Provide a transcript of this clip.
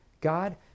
God